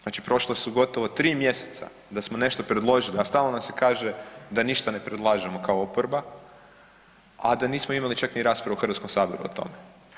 Znači prošla su gotovo 3 mjeseca da smo nešto predložili, a stalno nam se kaže da ništa ne predlažemo kao oporba, a da nismo imali čak ni raspravu u Hrvatskom saboru o tome.